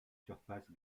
surfaces